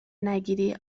نگیری